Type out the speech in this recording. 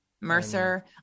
Mercer